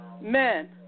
men